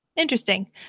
Interesting